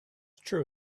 true